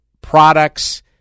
products –